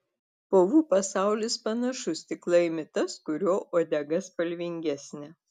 povų pasaulis panašus tik laimi tas kurio uodega spalvingesnė